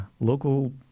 local